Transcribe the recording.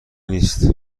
نیست